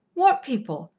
what people?